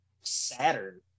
Saturn